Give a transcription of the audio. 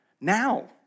now